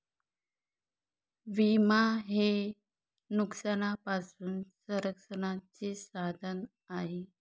विमा हे नुकसानापासून संरक्षणाचे साधन आहे